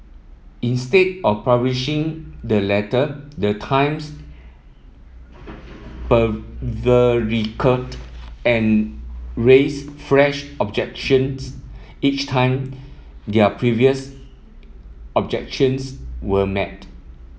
instead of publishing the letter the Times and raised fresh objections each time their previous objections were met